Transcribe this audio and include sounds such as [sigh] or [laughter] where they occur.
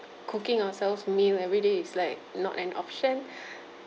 cooking ourselves meal every day is like not an option [breath]